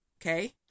Okay